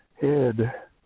head